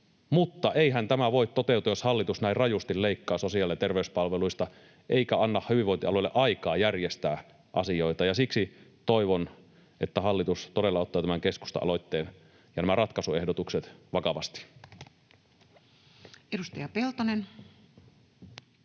mutta eihän tämä voi toteutua, jos hallitus näin rajusti leikkaa sosiaali- ja terveyspalveluista eikä anna hyvinvointialueille aikaa järjestää asioita. Siksi toivon, että hallitus todella ottaa tämän keskustan aloitteen ja nämä ratkaisuehdotukset vakavasti. [Speech